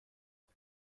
اخه